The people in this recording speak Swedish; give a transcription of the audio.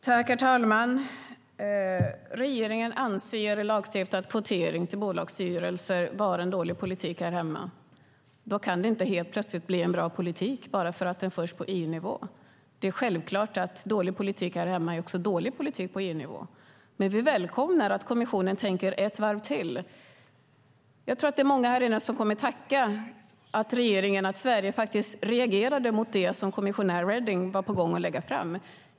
Herr talman! Regeringen anser att lagstiftad kvotering till bolagsstyrelser är en dålig politik här hemma. Då kan det inte helt plötsligt bli en bra politik bara för att den förs på EU-nivå. Det är självklart att dålig politik här hemma är dålig politik också på EU-nivå. Men vi välkomnar att kommissionen tänker ett varv till. Jag tror att det är många här inne som kommer att tacka regeringen för att Sverige reagerade mot det som kommissionär Reding var på gång att lägga fram.